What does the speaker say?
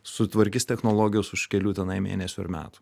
sutvarkys technologijos už kelių tenai mėnesių ir metų